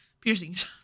piercings